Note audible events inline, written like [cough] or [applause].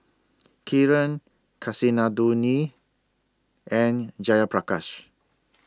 [noise] Kiran Kasinadhuni and Jayaprakash